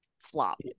flop